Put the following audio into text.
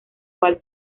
cual